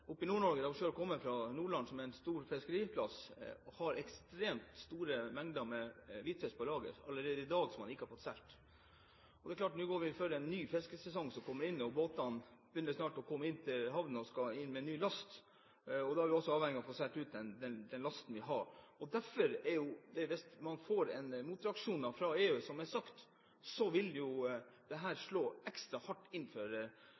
i Nord-Norge, der hun selv kommer fra, Nordland – som er en stor fiskeriplass – har man ekstremt store mengder med hvitfisk på lager allerede i dag, som man ikke har fått solgt. Og det er klart, nå går vi mot en ny fiskesesong som kommer, og båtene begynner snart å komme inn til havn og skal inn med ny last, og da er vi også avhengige av å få solgt ut den lasten vi har. Derfor, hvis man får en motreaksjon fra EU, som det er blitt sagt, vil det slå ekstra hardt